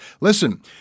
Listen